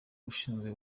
ashinzwe